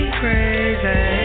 crazy